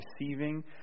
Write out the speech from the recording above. receiving